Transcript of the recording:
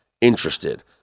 interested